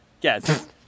Yes